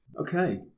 Okay